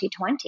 2020